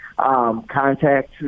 contact